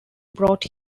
brought